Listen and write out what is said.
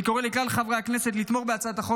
אני קורא לכלל חברי הכנסת לתמוך בהצעת החוק